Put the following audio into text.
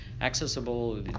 accessible